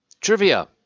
Trivia